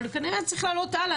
אבל כנראה צריך לעלות הלאה,